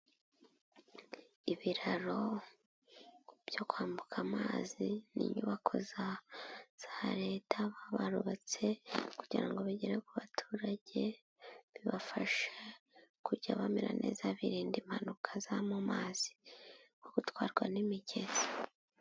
Ibiraro byo kwambuka amazi, ni inyubako za Leta baba barubatse kugira ngo bigere ku baturage, bibafashe kujya bamera neza birinda impanuka zo mu mazi no gutwarwa n'imigezi.